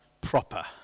proper